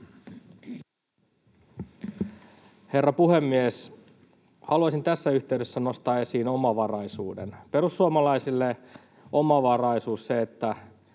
Herra puhemies! Haluaisin tässä yhteydessä nostaa esiin omavaraisuuden. Perussuomalaisille omavaraisuus, se, että